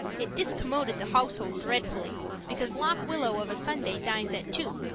it discommoded the household dreadfully, because lock willow of a sunday dines at two.